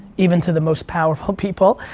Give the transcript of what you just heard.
even to the most powerful people.